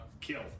kill